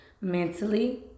mentally